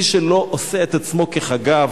מי שלא עושה את עצמו כחגב,